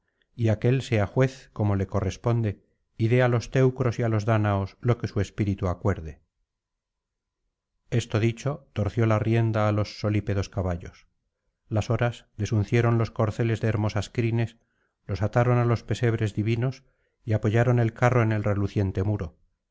y aquél sea juez como le corresponde y dé á los teucros y á los dáñaos lo que su espíritu acuerde esto dicho torció la rienda á los solípedos caballos las horas desuncieron los corceles de hermosas crines los ataron á los pesebres divinos y apoyaron el carro en el reluciente muro